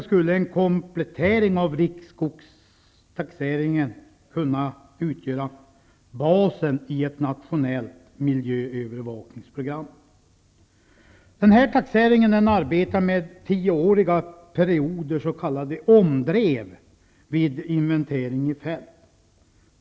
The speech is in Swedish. En komplettering av riksskogstaxeringen skulle t.ex kunna utgöra basen i ett nationellt miljöövervakningsprogram. Den här taxeringen arbetar med tioåriga perioder, s.k. omdrev, vid inventering i fält.